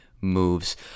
moves